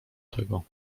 tego